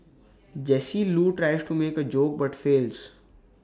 Jesse Loo tries to make A joke but fails